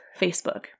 Facebook